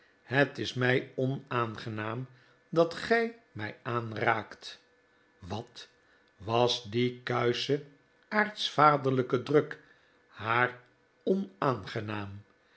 het is mij onaangenaam dat gij mij aanraakt wat was die kuische aartsvaderlijke druk haar onaangenaam